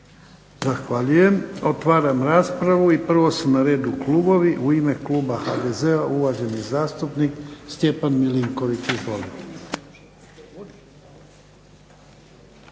Zahvaljujem. Otvaram raspravu. I prvo su na redu klubovi. U ime kluba HDZ-a, uvaženi zastupnik Stjepan Milinković. Izvolite.